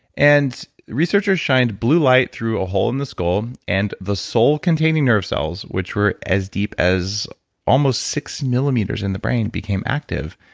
and researchers shined blue light through a hole in the skull, and the soul containing nerve cells, which were as deep as almost six millimeters in the brain, became active.